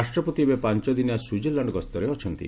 ରାଷ୍ଟ୍ରପତି ଏବେ ପାଞ୍ଚଦିନିଆ ସୁଇଜରଲ୍ୟାଣ୍ଡ ଗସ୍ତରେ ଅଛନ୍ତି